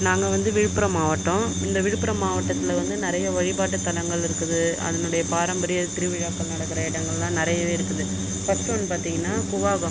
நாங்கள் வந்து விழுப்புரம் மாவட்டம் இந்த விழுப்புரம் மாவட்டத்தில் வந்து நிறைய வழிபாட்டு தலங்கள் இருக்குது அதனுடைய பாரம்பரிய திருவிழாக்கள் நடக்கிற இடங்களாம் நிறையவே இருக்குது ஃபர்ஸ்ட் ஒன் பார்த்திங்கன்னா கூவாகம்